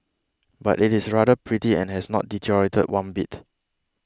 but it is rather pretty and has not deteriorated one bit